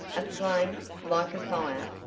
a flame, like a fire?